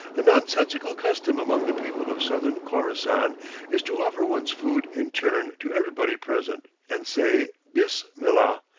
a nonsensical custom among the people of southern khorassan is to offer one's food in turn to everybody present and say, bis-millah,